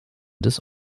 des